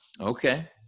okay